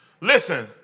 Listen